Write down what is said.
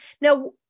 Now